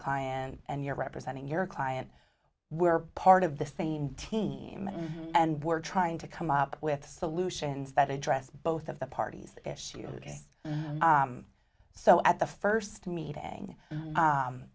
client and you're representing your client we're part of the same team and we're trying to come up with solutions that address both of the parties issue so at the first meeting